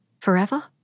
forever